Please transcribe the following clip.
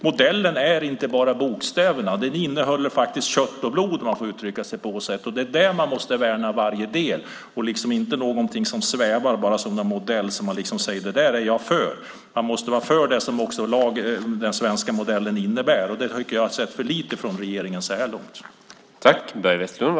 Modellen är inte bara bokstäver. Den innehåller faktiskt också kött och blod, om man får uttrycka sig på det sättet. Det är det man måste värna i varje del. Det får inte vara någonting svävande - en modell där man säger: Det där är jag för. Man måste vara för det som den svenska modellen innebär. Jag tycker att jag så här långt har sett för lite av det från regeringens sida.